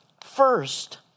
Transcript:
First